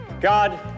God